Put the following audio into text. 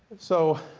so